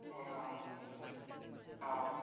ए अँ अँ